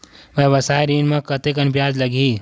व्यवसाय ऋण म कतेकन ब्याज लगही?